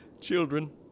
Children